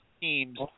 teams